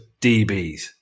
DBs